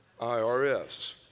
irs